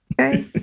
okay